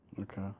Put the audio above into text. Okay